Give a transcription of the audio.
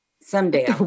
someday